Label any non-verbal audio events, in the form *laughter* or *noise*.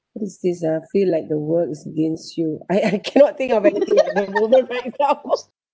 what's this ah feel like the world is against you *laughs* I I cannot think of anything like my moment myself *laughs*